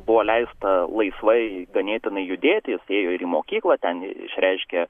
buvo leista laisvai ganėtinai judėti jisai ėjo ir į mokyklą ten išreiškė